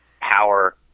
power